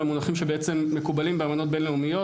אלא מונחים שמקובלים באמנות בין לאומיות